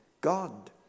God